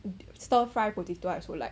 stir fry potato I also like